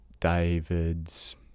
David's